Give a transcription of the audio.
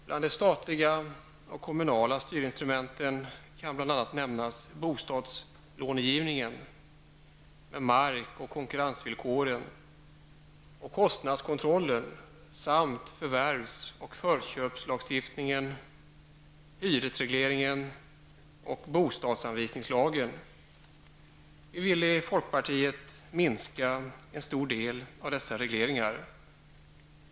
Bland de statliga och kommunala styrinstrumenten kan bl.a. nämnas bostadslånegivningen med mark och konkurrensvillkoren och kostnadskontrollen samt förvärvs och förköpslagstiftningen, hyresregleringen och bostadsanvisningslagen. Vi vill i folkpartiet minska en stor del av dessa regleringar.